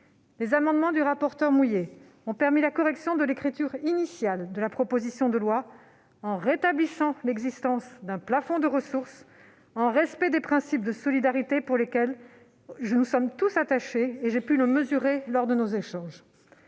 Les amendements du rapporteur Philippe Mouiller ont permis la correction de la rédaction initiale de la proposition de loi, en rétablissant l'existence d'un plafond de ressources, en respect des principes de solidarité, auxquels nous sommes tous attachés, comme j'ai pu le mesurer lors de nos échanges.